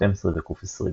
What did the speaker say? ק12 ו-ק20.